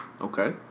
Okay